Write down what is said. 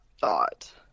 thought